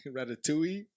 Ratatouille